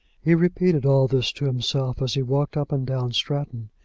he repeated all this to himself as he walked up and down stratton,